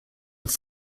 were